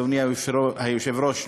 אדוני היושב-ראש,